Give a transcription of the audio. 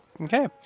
Okay